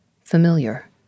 Familiar